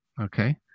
Okay